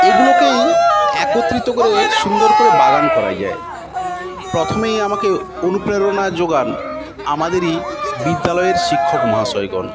এইগুলোকেই একত্রিত করে সুন্দর করে বাগান করা যায় প্রথমেই আমাকে অনুপ্রেরণা যোগান আমাদেরই বিদ্যালয়ের শিক্ষক মহাশয়গণ